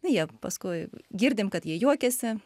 jie paskui girdim kad jie juokiasi